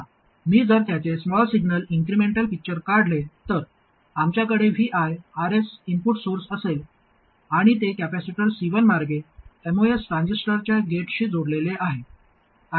आता मी जर त्याचे स्मॉल सिग्नल इन्क्रिमेंटल पिक्चर काढले तर आमच्याकडे Vi Rs इनपुट सोर्स असेल आणि ते कॅपेसिटर C1 मार्गे एमओएस ट्रान्झिस्टरच्या गेटशी जोडलेले आहे